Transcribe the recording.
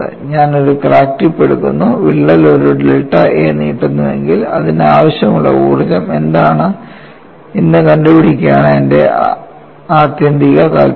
ഞാൻ ഒരു crack tip എടുക്കുന്നു വിള്ളൽ ഒരു ഡെൽറ്റ a നീട്ടുന്നുവെങ്കിൽ അതിന് ആവശ്യമുള്ള ഊർജ്ജം എന്താണ് ഇന്ന് കണ്ടുപിടിക്കുകയാണ് എന്റെ ആത്യന്തിക താൽപ്പര്യം